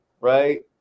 right